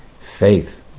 faith